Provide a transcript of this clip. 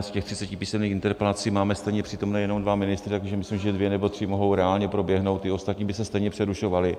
Z těch třiceti písemných interpelací máme stejně přítomné jenom dva ministry, takže myslím, že dvě nebo tři mohou reálně proběhnout, ty ostatní by se stejně přerušovaly.